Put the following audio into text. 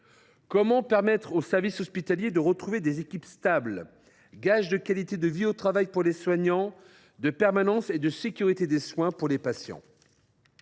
Comment permettre aux services hospitaliers de retrouver des équipes stables, gage de qualité de vie au travail pour les soignants, de permanence et de sécurité des soins pour les patients